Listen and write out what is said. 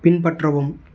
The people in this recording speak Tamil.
பின்பற்றவும்